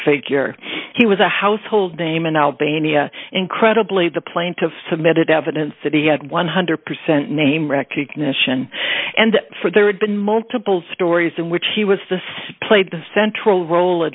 figure he was a household name in albania incredibly the plaintiff submitted evidence that he had one hundred percent name recognition and for there had been multiple stories in which he was this played the central role